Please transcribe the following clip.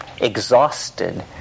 exhausted